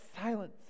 silence